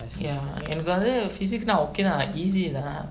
ya எனக்கு வந்து:enakku vanthu physics னா:naa okay easy lah